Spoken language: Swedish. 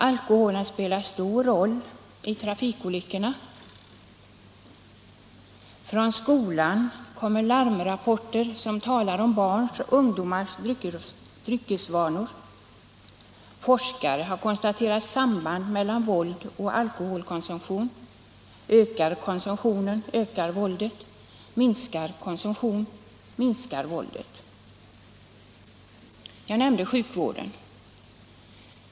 Alkoholen spelar stor roll i trafikolyckorna. Från skolan kommer larmrapporter som talar om barns och ungdomars dryckesvanor. Forskare har konstaterat samband mellan våld och alkoholkonsumtion. Ökar konsumtionen ökar våldet, minskar konsumtionen minskar våldet. Jag nämnde sjukvården.